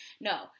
No